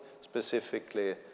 specifically